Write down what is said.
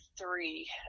three